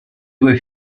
due